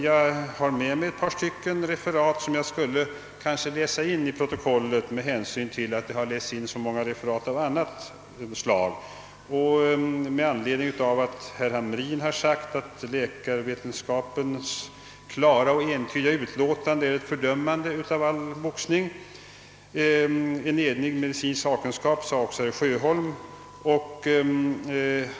Jag har med mig ett par stycken som jag skulle vilja läsa in i protokollet, eftersom det har lästs in så många referat av annat slag. Herr Hamrin sade t.ex. att läkarvetenskapens klara och entydiga utlåtande är ett fördömande av alla boxning. En enig medicinsk sakkunskap talade också herr Sjöholm om.